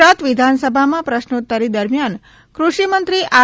ગુજરાત વિધાનસભામા પ્રશ્નોતરી દરમિયાન કૃષિમંત્રી આર